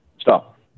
Stop